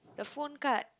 your phone card